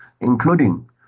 including